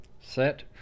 set